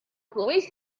homies